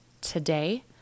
today